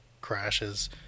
crashes